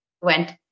went